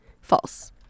false